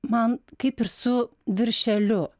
man kaip ir su viršeliu